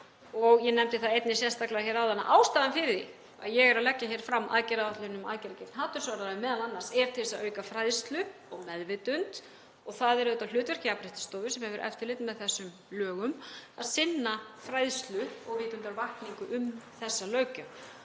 Ég nefndi það einnig sérstaklega áðan að ástæðan fyrir því að ég er að leggja hér fram aðgerðaáætlun um aðgerðir gegn hatursorðræðu m.a. er til að auka fræðslu og meðvitund. Það er auðvitað hlutverk Jafnréttisstofu, sem hefur eftirlit með þessum lögum, að sinna fræðslu og vitundarvakningu um þessa löggjöf.